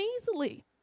easily